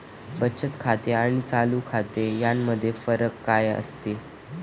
बचत खाते आणि चालू खाते यामध्ये फरक काय असतो?